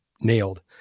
nailed